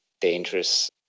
dangerous